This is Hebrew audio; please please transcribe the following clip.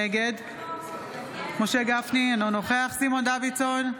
נגד משה גפני, אינו נוכח סימון דוידסון,